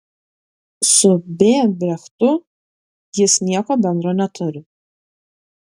su b brechtu jis nieko bendra neturi